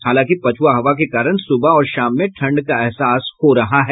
हालांकि पछुआ हवा के कारण सुबह और शाम में ठंड का अहसास हो रहा है